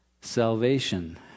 salvation